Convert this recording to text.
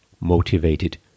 motivated